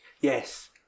yes